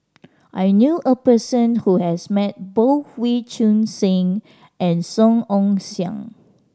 I knew a person who has met both Wee Choon Seng and Song Ong Siang